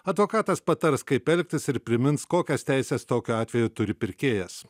advokatas patars kaip elgtis ir primins kokias teises tokiu atveju turi pirkėjas